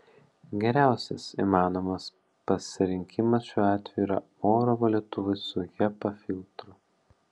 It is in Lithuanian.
geriausias įmanomas pasirinkimas šiuo atveju yra oro valytuvai su hepa filtru